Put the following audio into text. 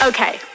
Okay